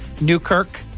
Newkirk